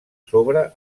sobre